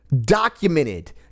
documented